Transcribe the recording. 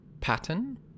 pattern